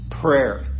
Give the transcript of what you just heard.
prayer